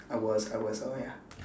I was I was oh ya